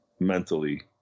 mentally